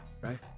right